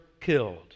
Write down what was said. killed